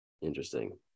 interesting